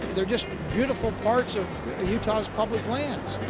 are just beautiful part of utah's public lands.